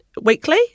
weekly